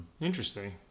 Interesting